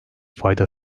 fayda